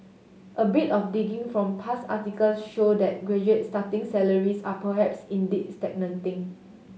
a bit of digging from past articles show that graduate starting salaries are perhaps indeed stagnating